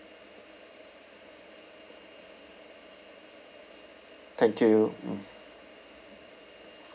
thank you mm